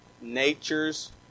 nature's